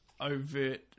overt